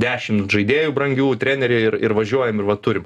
dešimt žaidėjų brangių trenerį ir ir važiuojam ir va turim